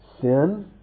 sin